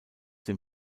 dem